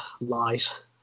lies